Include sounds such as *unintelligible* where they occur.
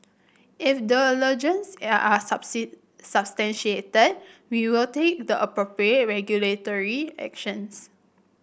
if the *unintelligible* are are *unintelligible* substantiated we will take the appropriate regulatory actions